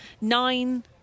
Nine